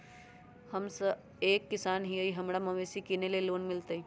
हम एक किसान हिए हमरा मवेसी किनैले लोन मिलतै?